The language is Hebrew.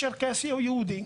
בצ׳רקסי או ביהודי,